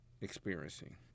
experiencing